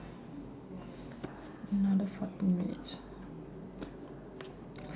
another fourteen minutes